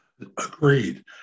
Agreed